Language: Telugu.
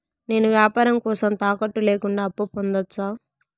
నేను వ్యాపారం కోసం తాకట్టు లేకుండా అప్పు పొందొచ్చా?